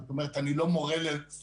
שירות המדינה, זאת אומרת אני לא מורה לשרים,